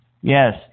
Yes